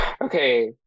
okay